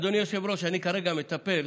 אדוני היושב-ראש, אני כרגע מטפל,